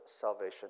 salvation